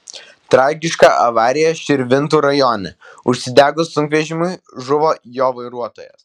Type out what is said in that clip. tragiška avarija širvintų rajone užsidegus sunkvežimiui žuvo jo vairuotojas